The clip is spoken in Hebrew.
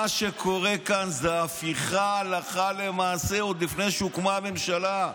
מה שקורה כאן הוא הפיכה הלכה למעשה עוד לפני שהוקמה הממשלה.